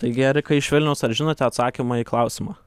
taigi erika iš vilniaus ar žinote atsakymą į klausimą